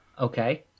Okay